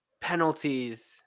penalties